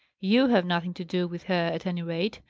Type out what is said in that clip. you have nothing to do with her, at any rate,